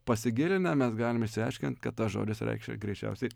pasigilinę mes galim išsiaiškint kad tas žodis reikšia greičiausiai